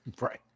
Right